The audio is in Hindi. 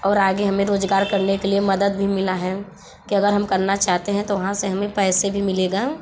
और आगे हमें रोजगार करने के लिए मदद भी मिला है कि अगर हम करना चाहते हैं तो वहाँ से हमें पैसे भी मिलेगा